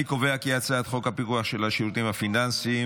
אני קובע כי הצעת חוק הפיקוח על שירותים פיננסיים,